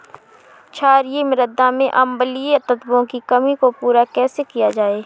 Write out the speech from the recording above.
क्षारीए मृदा में अम्लीय तत्वों की कमी को पूरा कैसे किया जाए?